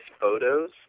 photos